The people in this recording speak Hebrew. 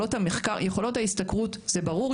יכולת ההשתכרות זה ברור,